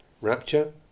rapture